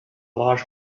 large